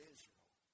Israel